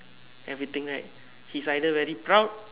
everything right he is either very proud